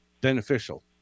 beneficial